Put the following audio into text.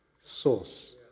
source